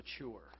mature